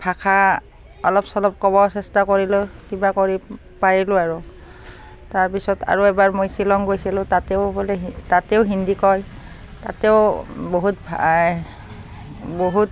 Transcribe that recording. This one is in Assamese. ভাষা অলপ চলপ ক'ব চেষ্টা কৰিলোঁ কিবা কৰি পাৰিলোঁ আৰু তাৰপিছত আৰু এবাৰ মই শ্বিলং গৈছিলোঁ তাতেও বোলে তাতেও হিন্দী কয় তাতেও বহুত ভ বহুত